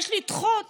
יש לדחות